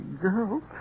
girl